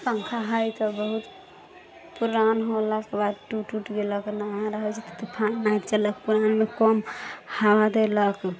पंखा हइ तऽ बहुत पुरान होलाके बाद टूट वूट गेलाके डर रहै छै तूफान नहि चलल कम हवा देलक